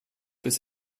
bis